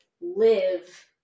live